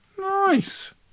Nice